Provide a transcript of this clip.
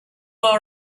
all